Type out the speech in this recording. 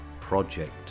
project